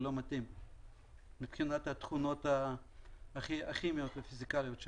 הוא לא מתאים מבחינת התכונות הכימיות והפיזיקליות שלו.